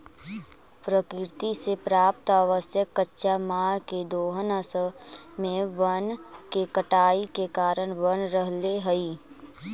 प्रकृति से प्राप्त आवश्यक कच्चा माल के दोहन असल में वन के कटाई के कारण बन रहले हई